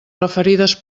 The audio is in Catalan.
referides